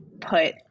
put